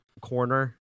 corner